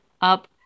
up